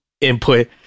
input